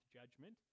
judgment